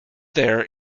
there